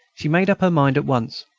she made up her mind at once.